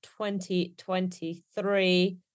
2023